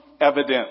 Evident